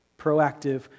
Proactive